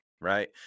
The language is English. right